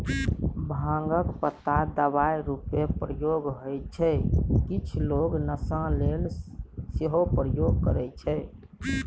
भांगक पात दबाइ रुपमे प्रयोग होइ छै किछ लोक नशा लेल सेहो प्रयोग करय छै